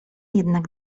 jednak